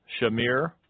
Shamir